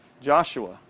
Joshua